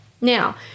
Now